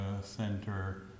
Center